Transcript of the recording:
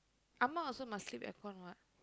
amma also must sleep aircon what